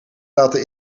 laten